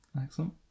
excellent